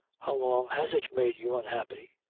how long has it made you unhappy?